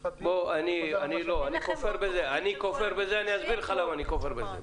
אני כופר בזה ואני אסביר לך למה אני כופר בזה.